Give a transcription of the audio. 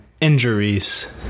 injuries